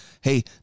hey